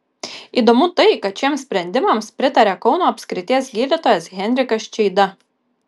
įdomu tai kad šiems sprendimams pritaria kauno apskrities gydytojas henrikas čeida